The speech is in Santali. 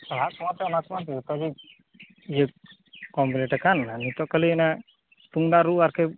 ᱯᱟᱲᱟᱦᱟᱜ ᱠᱚᱢᱟᱛᱚ ᱚᱱᱟ ᱠᱚᱢᱟ ᱡᱚᱛᱚᱜᱮ ᱤᱭᱟᱹ ᱠᱚᱢᱯᱞᱮᱴᱟᱠᱟᱱ ᱱᱤᱛᱚᱜ ᱠᱷᱟᱞᱤ ᱚᱱᱟ ᱛᱩᱢᱫᱟᱜ ᱨᱩ ᱟᱨᱠᱤ